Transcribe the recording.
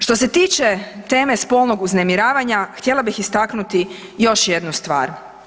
Što se tiče teme spolnog uznemiravanja htjela bih istaknuti još jednu stvar.